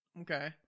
Okay